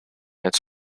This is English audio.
its